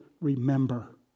remember